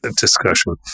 discussion